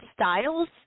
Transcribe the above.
styles